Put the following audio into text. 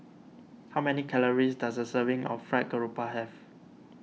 how many calories does a serving of Fried Garoupa have